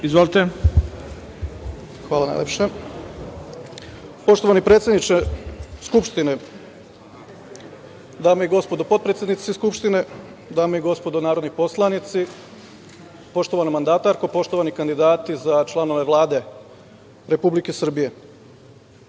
Jovanov** Hvala najlepše. Poštovani predsedniče Skupštine, dame i gospodo potpredsednici Skupštine, dame i gospodo poslanici, poštovana mandatarko, poštovani kandidati za članove Vlade Republike Srbije,